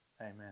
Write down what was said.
Amen